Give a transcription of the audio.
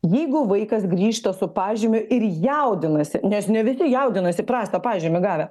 jeigu vaikas grįžta su pažymiu ir jaudinasi nes ne visi jaudinasi prastą pažymį gavę